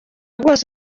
bwose